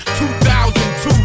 2002